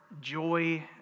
joy